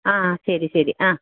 അ ആ ശരി ശരി ആ